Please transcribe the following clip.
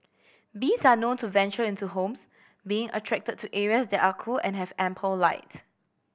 bees are known to venture into homes being attracted to areas that are cool and have ample light